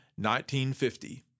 1950